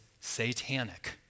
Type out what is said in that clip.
satanic